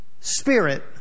Spirit